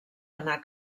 anar